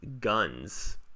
guns